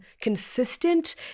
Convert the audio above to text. consistent